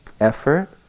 effort